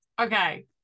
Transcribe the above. Okay